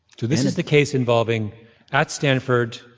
so this is the case involving at stanford,